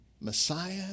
Messiah